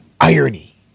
irony